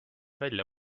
välja